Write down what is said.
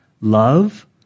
love